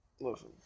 listen